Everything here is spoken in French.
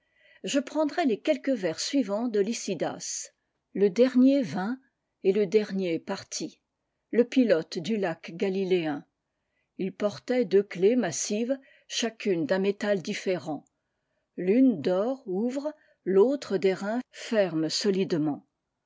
je prendrai les quelques vers suivants de lycidas le dernier vint etle dernier partit le pilote du lac galitéen il portait deux clefs massives chacune d'un métal différent l'une d'or ouvre l'autre d'airain ferme